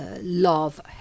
love